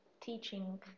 teaching